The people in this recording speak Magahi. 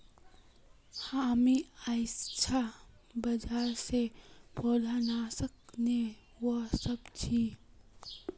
हामी आईझ बाजार स पौधनाशक ने व स छि